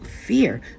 fear